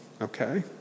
okay